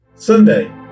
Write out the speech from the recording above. Sunday